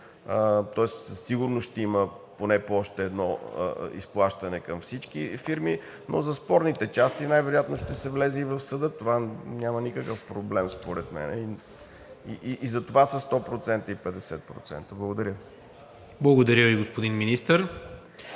със сигурност ще има поне по още едно изплащане към всички фирми, но за спорните части най-вероятно ще се влезе и в съда. Това няма никакъв проблем според мен и затова са 100% и 50%. Благодаря. ПРЕДСЕДАТЕЛ НИКОЛА МИНЧЕВ: